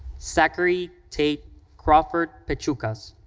zachary tate crawford-pechukas.